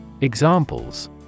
Examples